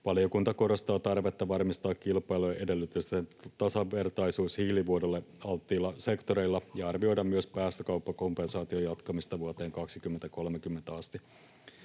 Valiokunta korostaa tarvetta varmistaa kilpailuedellytysten tasavertaisuus hiilivuodolle alttiilla sektoreilla ja arvioida myös päästökauppakompensaation jatkamista vuoteen 2030 asti.